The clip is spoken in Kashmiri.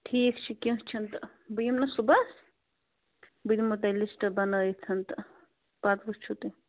ٹھیٖک چھُ کیٚنٛہہ چھُنہٕ تہِ بہٕ یِمہٕ نا صُبحس بہٕ دِمَہو تۄہہِ لِسٹہٕ بنٲیِتھ تہٕ پَتہٕ وُچھِو تُہۍ